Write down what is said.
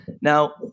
Now